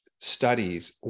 studies